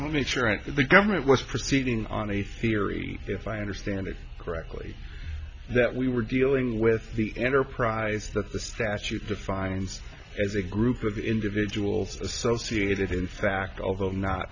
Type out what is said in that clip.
that the government was proceeding on a theory if i understand it correctly that we were dealing with the enterprise that the statute defines as a group of individuals associated in fact although not